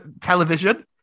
Television